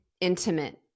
intimate